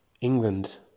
England